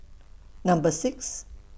Number six